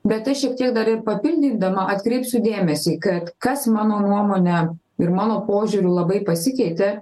bet aš šiek tiek dar ir papildydama atkreipsiu dėmesį kad kas mano nuomone ir mano požiūriu labai pasikeitė